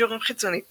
קישורים חיצוניים